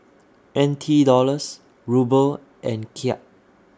N T Dollars Ruble and Kyat